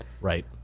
Right